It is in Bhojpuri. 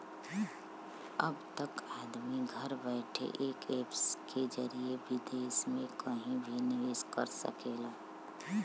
अब त आदमी घर बइठे एक ऐप के जरिए विदेस मे कहिं भी निवेस कर सकेला